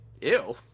Ew